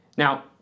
Now